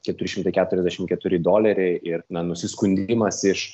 keturi šimtai keturiasdešim keturi doleriai ir na nusiskundimas iš